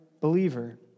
believer